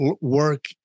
work